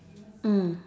mm